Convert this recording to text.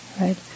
right